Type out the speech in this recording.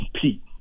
compete